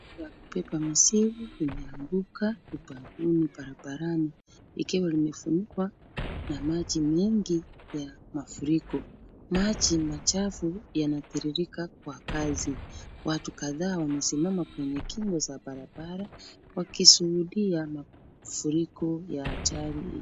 La kubeba mizigo limeanguka ubavuni barabarani, ikiwa limefunikwa na maji mengi ya mafuriko. Maji machafu yanatiririka kwa kasi. Watu kadhaa wamesimama kwenye kingo za barabara wakishuhudia mafuriko ya ajali.